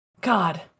God